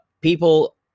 People